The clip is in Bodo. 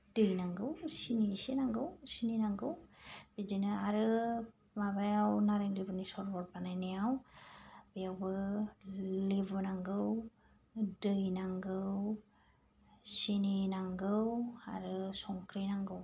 दै नांगौ सिनि इसे नांगौ सिनि नांगौ बिदिनो आरो माबायाव नारें लेबुनि सरबत बानायनायाव बेयावबो लेबु नांगौ दै नांगौ सिनि नांगौ आरो संख्रि नांगौ